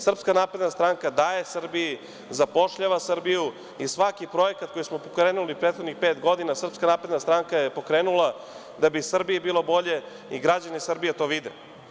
Srpska napredna stranka daje Srbiji, zapošljava Srbiju i svaki projekat koji smo pokrenuli prethodnih pet godina, SNS je pokrenula da bi Srbiji bilo bolje i građani Srbije to vide.